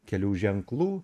kelių ženklų